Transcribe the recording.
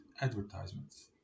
advertisements